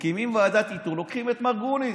מקימים ועדת איתור ולוקחים את מר גרוניס,